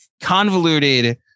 convoluted